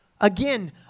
again